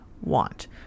want